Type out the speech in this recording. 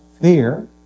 fear